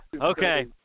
Okay